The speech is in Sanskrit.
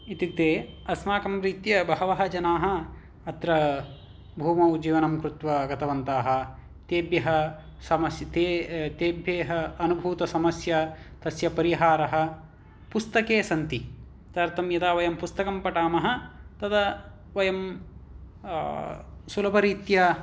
इत्युक्ते अस्माकं रीत्या बहवः जनाः अत्र भूमौ जीवनं कृत्वा गतवन्तः तेभ्यः तेभ्यः अनुभूतसमस्या तस्य परिहारः पुस्तके सन्ति तदर्थं यदा वयं पुस्तकं पठामः तदा वयं सुलभरीत्या